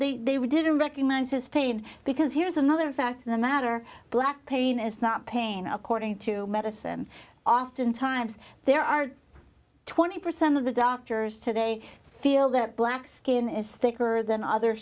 we didn't recognize his pain because here's another fact of the matter black pain is not pain according to medicine often times there are twenty percent of the doctors today feel that black skin is thicker than other